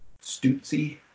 Stutzi